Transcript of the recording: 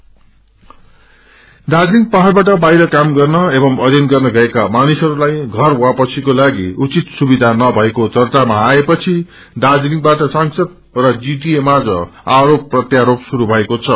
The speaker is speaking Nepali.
एलिगेशन दार्जीलिङ पहाड़बाट बाहिर काम गर्न एवं अध्ययन गर्न गएका मानिसहरूलाई घर वापसीको लागि उचित सुविधानभएको चर्चामा आएपछि दार्जीलिङबाअ सांसद र जीटिए माझ आरोप रोप शुरू भएको छ